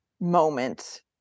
moment